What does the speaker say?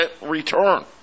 return